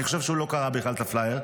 אני חושב שהוא בכלל לא קרא את הפלייר,